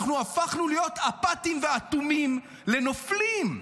אנחנו הפכנו להיות אפתיים ואטומים לנופלים.